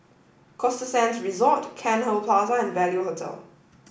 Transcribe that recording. Costa Sands Resort Cairnhill Plaza and Value Hotel